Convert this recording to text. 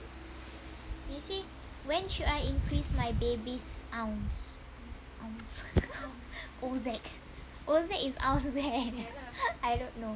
you see when should I increase my baby ounce ounce oun~ oun~ is ounce I don't know